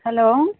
hello